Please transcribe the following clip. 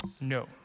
No